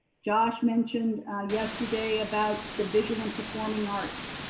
josh mentioned yesterday about the visual and performing arts.